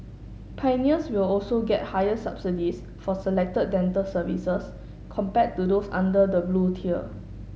pioneers will also get higher subsidies for selected dental services compared to those under the Blue tier